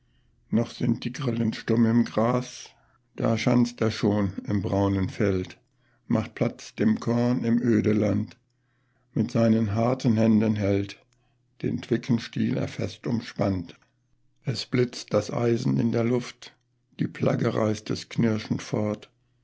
noch sind die grillen stumm im gras da schanzt er schon im braunen feld macht platz dem korn im ödeland mit seinen harten händen hält den twickenstiel er fest umspannt es blitzt das eisen in der luft die plagge reißt es knirschend fort